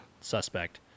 suspect